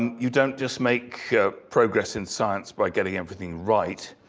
you don't just make progress in science by getting everything right.